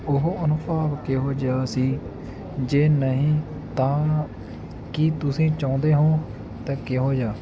ਉਹ ਅਨੁਭਵ ਕਿਹੋ ਜਿਹਾ ਸੀ ਜੇ ਨਹੀਂ ਤਾਂ ਕੀ ਤੁਸੀਂ ਚਾਹੁੰਦੇ ਹੋ ਤਾਂ ਕਿਹੋ ਜਿਹਾ